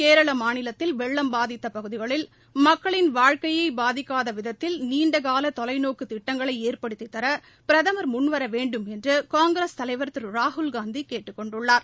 கேரள மாநிலத்தில் வெள்ளம் பாதித்த பகுதிகளில் மக்களின் வாழ்க்கையை பாதிக்காத விதத்தில் நீண்ட கால தொலைநோக்கு திட்டங்களை ஏற்படுத்தித்தர பிரதமர் முன்வர வேண்டும் என்று காங்கிரஸ் தலைவர் திரு ராகுல்காந்தி கேட்டுக் கொண்டுள்ளார்